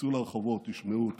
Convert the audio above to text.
צאו לרחובות, תשמעו אותם.